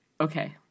okay